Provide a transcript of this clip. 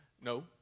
No